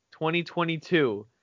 2022